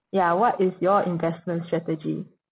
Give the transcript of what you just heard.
ya what is your investment strategy